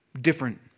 different